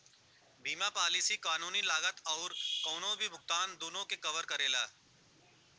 बीमा पॉलिसी कानूनी लागत आउर कउनो भी भुगतान दूनो के कवर करेला